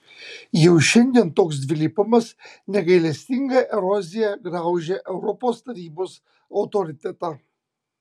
jau šiandien toks dvilypumas negailestinga erozija graužia europos tarybos autoritetą